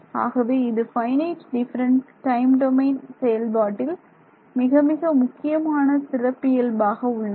ஆகவே இது finite difference time domain செயல்பாட்டில் மிக மிக முக்கியமான சிறப்பியல்பாக உள்ளது